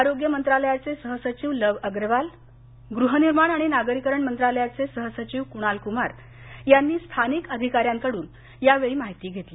आरोग्य मंत्रालयाचे सह सचिव लव अग्रवाल गृहनिर्माण आणि नागरीकरण मंत्रालयाचे सह सचिव कुणाल कुमार यांनी स्थानिक अधिका यांकडून यावेळी माहिती घेतली